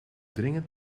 dringend